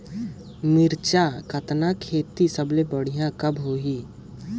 मिरचा कतना खेती सबले बढ़िया कब होही?